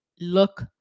look